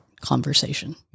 conversation